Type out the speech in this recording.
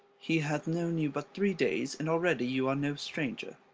he hath known you but three days, and already you are no stranger.